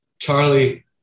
Charlie